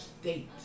state